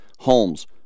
Holmes